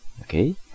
Okay